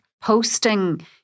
Posting